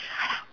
shut up